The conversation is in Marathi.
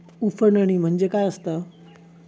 उफणणी म्हणजे काय असतां?